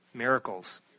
miracles